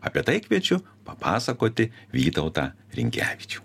apie tai kviečiu papasakoti vytautą rinkevičių